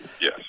Yes